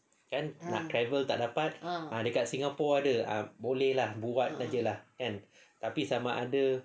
kan nak travel tak dapat dekat singapore kita boleh lah buat aje lah